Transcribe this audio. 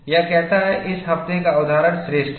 यह कहता है इस हफ्ते का उद्धरण श्रेष्ठ है